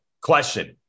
question